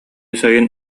сайын